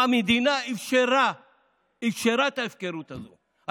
המדינה אפשרה את ההפקרות הזאת.